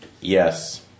yes